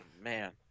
man